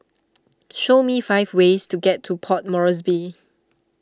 show me five ways to get to Port Moresby